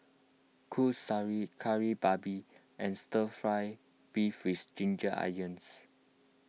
Kuih Syara Kari Babi and Stir Fry Beef with Ginger Onions